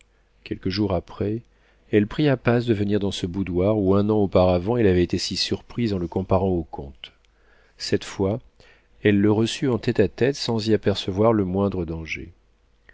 quelques jours après elle pria paz de venir dans ce boudoir où un an auparavant elle avait été surprise en le comparant au comte cette fois elle le reçut en tête-à-tête sans y apercevoir le moindre danger